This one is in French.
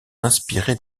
inspiré